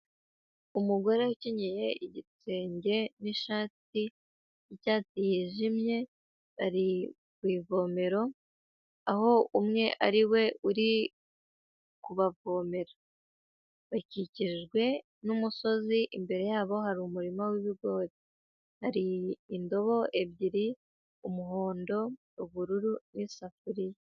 Umugore ukenyeye igitenge n'ishati y'icyatsi yijimye ari ku ivomero, aho umwe ari we uri kubavomera. Bakikijwe n'umusozi, imbere yabo hari umurima w'ibigori. hari indobo ebyiri: umuhondo, ubururu, n'isafuriya.